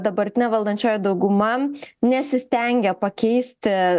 dabartinė valdančioji dauguma nesistengia pakeisti